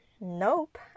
Nope